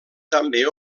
també